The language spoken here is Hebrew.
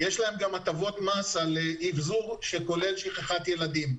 יש להם גם הטבות מס על אבזור שכולל שכחת ילדים,